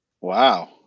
Wow